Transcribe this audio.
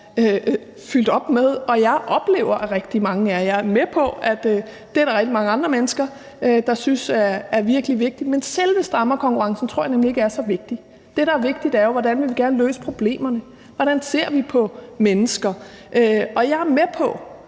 fyldt op med, og som jeg oplever at rigtig mange er. Jeg er med på, at der er rigtig mange andre mennesker, der synes, at det er virkelig vigtigt, men selve strammerkonkurrencen tror jeg nemlig ikke er så vigtig. Det, der er vigtigt, er jo, hvordan vi gerne vil løse problemerne, hvordan vi ser på mennesker, og jeg er med på